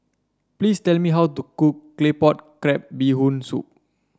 please tell me how to cook Claypot Crab Bee Hoon Soup